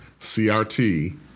CRT